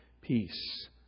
peace